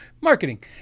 marketing